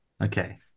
Okay